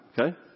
Okay